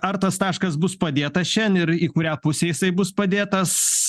ar tas taškas bus padėtas šian ir į kurią pusę jisai bus padėtas